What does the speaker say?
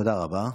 תודה רבה.